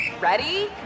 Ready